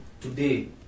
Today